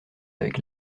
avec